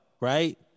right